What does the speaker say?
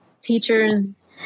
teachers